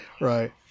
right